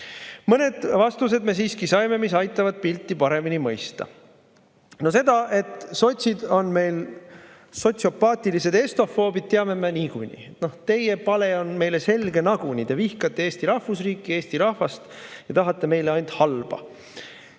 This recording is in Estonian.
Mõned vastused me siiski saime, mis aitavad pilti paremini mõista. No seda, et sotsid on meil sotsiopaatilised estofoobid, teame me niikuinii. Teie pale on meile selge nagunii: te vihkate Eesti rahvusriiki ja eesti rahvast ning tahate meile ainult halba.